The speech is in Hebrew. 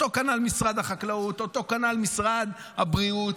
כנ"ל משרד החקלאות וכנ"ל משרד הבריאות.